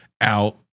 out